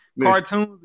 cartoons